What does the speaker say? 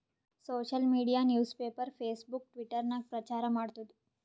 social media news paper, Facebook, Twitter ನಾಗ್ ಪ್ರಚಾರ್ ಮಾಡ್ತುದ್